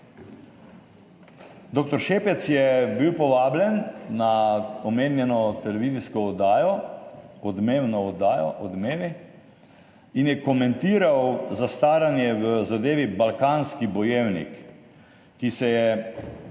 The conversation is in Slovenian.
Dr. Šepec je bil povabljen na omenjeno televizijsko oddajo, odmevno oddajo Odmevi, in je komentiral zastaranje v zadevi Balkanski bojevnik, ki se je